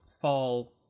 fall